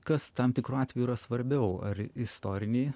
kas tam tikru atveju yra svarbiau ar istoriniai